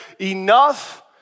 enough